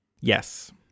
Yes